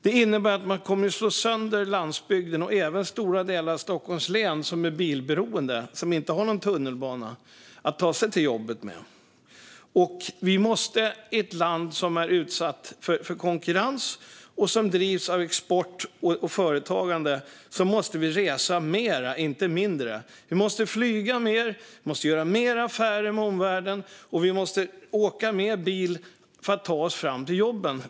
Detta innebär att man kommer att slå sönder landsbygden och även stora delar av Stockholms län som är bilberoende och inte har någon tunnelbana att ta sig till jobbet med. I ett land som är utsatt för konkurrens och som drivs av export och företagande måste vi resa mer, inte mindre. Vi måste flyga mer, vi måste göra fler affärer med omvärlden och vi måste åka mer bil för att ta oss till jobben.